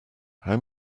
how